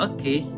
Okay